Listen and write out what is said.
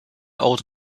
old